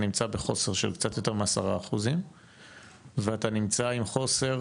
אתה נמצא בחוסר של קצת יותר מעשרה אחוזים ואתה נמצא עם חוסר